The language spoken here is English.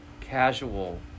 casual